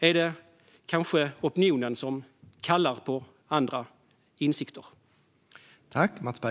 Är det kanske opinionen som kallar på andra insikter?